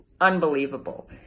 unbelievable